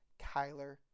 Kyler